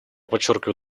подчеркиваю